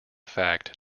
fact